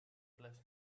bless